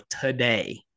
today